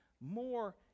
more